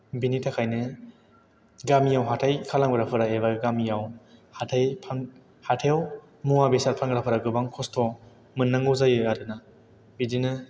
बेनि थाखायनो गामियाव हाथाइ खालामग्राफोरा एबा गामियाव हाथाइ हाथाइयाव मुवा बेसाद फानग्राफोरा गोबां खस्थ' मोननांगौ जायो आरो ना बिदिनो